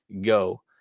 go